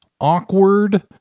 awkward